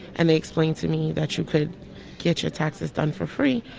and they explained to me that you could get your taxes done for free,